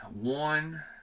One